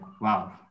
wow